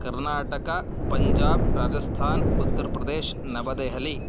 Karnataka Punjab Rajasthan Uttar Pradesh Navadehali